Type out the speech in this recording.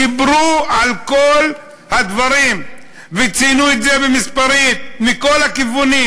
דיברו על כל הדברים וציינו את זה במספרים מכל הכיוונים,